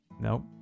nope